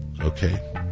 Okay